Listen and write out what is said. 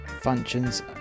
functions